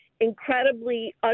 incredibly